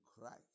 Christ